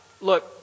Look